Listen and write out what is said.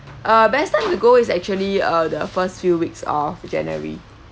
uh best time to go is actually uh the first few weeks of january